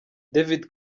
david